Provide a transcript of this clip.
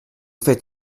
faites